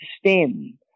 stem